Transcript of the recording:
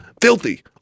Filthy